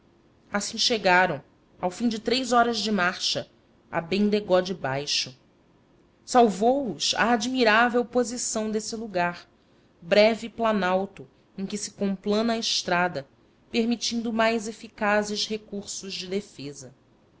assim chegaram ao fim de três horas de marcha a bendegó de baixo salvou os a admirável posição desse lugar breve planalto em que se complana a estrada permitindo mais eficazes recursos de defesa